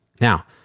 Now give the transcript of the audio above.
Now